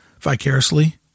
vicariously